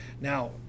Now